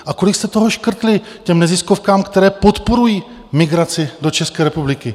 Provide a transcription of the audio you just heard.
A kolik jste toho škrtli těm neziskovkám, které podporují migraci do České republiky?